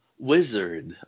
Wizard